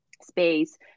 space